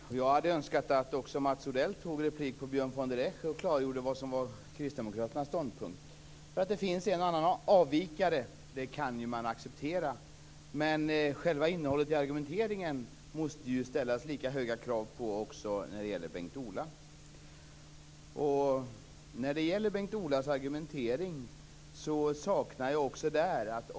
Fru talman! Jag hade önskat att Mats Odell tog replik på Björn von der Esch och klargjorde Kristdemokraternas ståndpunkt. Att det finns en och annan avvikare kan man acceptera, men när det gäller själva innehållet i argumenteringen måste lika höga krav kunna ställas på Bengt-Ola Ryttar som på andra. Det är en sak jag saknar i Bengt-Ola Ryttars argumentering.